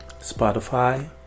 Spotify